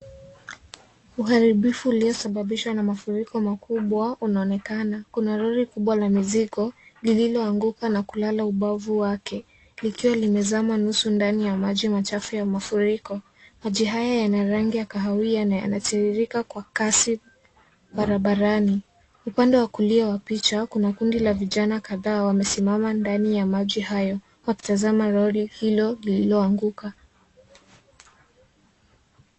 Uharibifu ulio sababishwa na mafuriko makubwa, unaonekana, kuna roli kubwa la mizigo, lililo anguka na kulala ubavu wake, likiwa limezama nusu yake ndani ya maji machafu ya mafuriko, maji haya yana rangi ya kahawia na yana tiririka kwa kasi barabarani, upande wa kulia wa picha, kuna kundi la vijana kadhaa wamesimama ndani ya maji hayo, wakitazama roli hilo, lililo anguka.